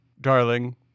darling